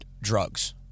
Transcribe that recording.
drugs